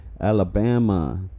alabama